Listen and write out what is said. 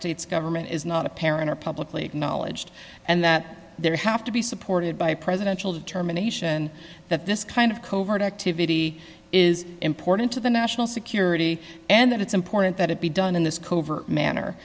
states government is not apparent or publicly acknowledged and that there have to be supported by presidential determination that this kind of covert activity is important to the national security and that it's important that it be done in this covert manner